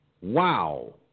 wow